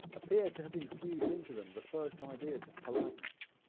appear to have infused into them the first ideas of politeness.